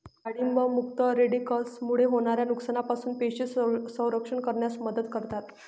डाळिंब मुक्त रॅडिकल्समुळे होणाऱ्या नुकसानापासून पेशींचे संरक्षण करण्यास मदत करतात